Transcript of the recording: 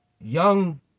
young